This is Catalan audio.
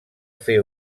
fer